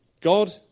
God